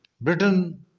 Britain